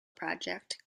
project